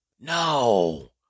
No